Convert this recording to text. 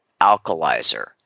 alkalizer